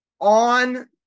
on